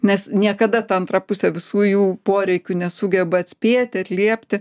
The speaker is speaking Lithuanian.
nes niekada ta antra pusė visų jų poreikių nesugeba atspėti atliepti